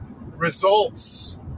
results